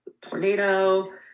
tornado